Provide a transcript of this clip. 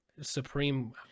supreme